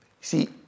See